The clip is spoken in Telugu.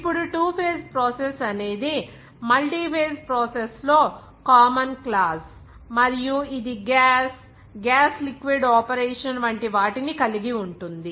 ఇప్పుడు టు ఫేజ్ ప్రాసెస్ అనేది మల్టీ ఫేజ్ ప్రాసెస్ లో కామన్ క్లాస్ మరియు ఇది గ్యాస్ గ్యాస్ లిక్విడ్ ఆపరేషన్ వంటి వాటిని కలిగి ఉంటుంది